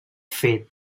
fet